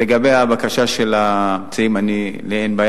לגבי הבקשה של המציעים, לי אין בעיה.